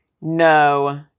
no